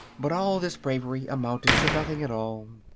but all this bravery amounted to nothing at all.